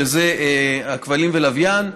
שזה הכבלים והלוויין,